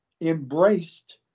embraced